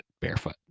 barefoot